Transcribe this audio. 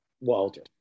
Walter